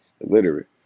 illiterate